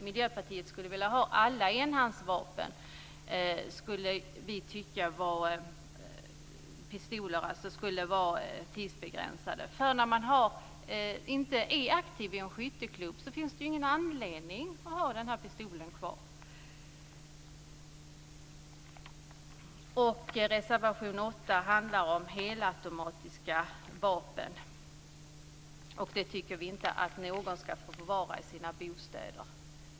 Miljöpartiet skulle vilja att alla tillstånd för enhandsvapen, pistoler alltså, var tidsbegränsade. Om man inte är aktiv i en skytteklubb finns det ju ingen anledning att ha pistolen kvar. Vi tycker inte att någon ska få förvara sådana i sin bostad.